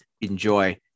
enjoy